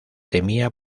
temía